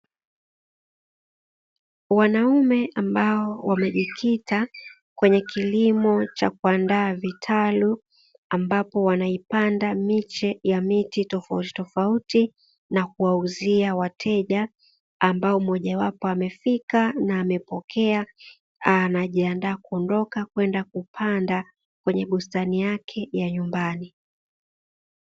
Wanaume ambao wamejikita kwenye kilimo cha kuandaa vitalu, ambapo wanaipanda miche ya miti tofauti tofauti na kuwauzia wateja, ambaye mmoja wapo amefika na amepokea anajiandaa kuondoka kwenda kupanda kwenye bustani yake ya nyumbani."